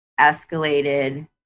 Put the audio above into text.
escalated